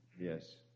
Yes